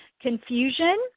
confusion